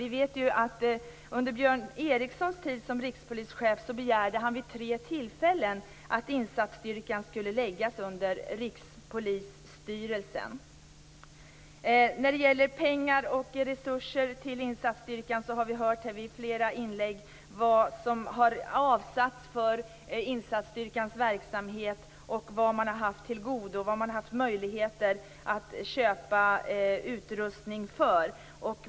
Vi vet ju att Björn Eriksson under sin tid som rikspolischef vid tre tillfällen begärde att insatsstyrkan skulle läggas under Rikspolisstyrelsen. När det gäller pengar och resurser till insatsstyrkan har vi i flera inlägg hört vad som har avsatts för insatsstyrkans verksamhet och vad man har haft möjligheter att köpa utrustning för.